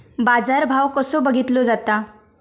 बाजार भाव कसो बघीतलो जाता?